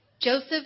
Joseph